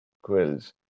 quills